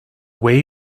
way